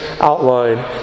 outline